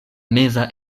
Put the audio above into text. meza